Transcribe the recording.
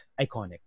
iconic